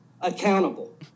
accountable